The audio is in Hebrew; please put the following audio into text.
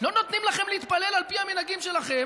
לא נותנים לכם להתפלל על פי המנהגים שלכם.